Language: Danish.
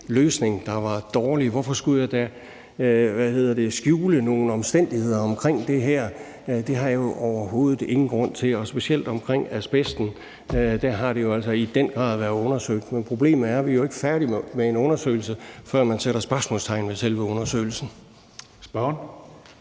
løsning, der var dårlig? Hvorfor skulle jeg dog skjule nogle omstændigheder omkring det her? Det har jeg jo overhovedet ingen grund til. Og specielt det omkring asbesten har altså i den grad været undersøgt, men problemet er, at man jo ikke er færdig med en undersøgelse, før man sætter spørgsmålstegn ved selve undersøgelsen. Kl.